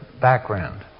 background